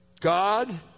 God